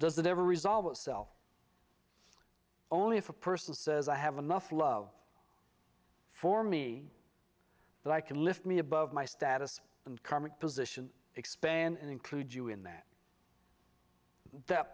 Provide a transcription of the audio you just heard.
does that ever resolve itself only if a person says i have enough love for me that i can lift me above my status and current position expand include you in that that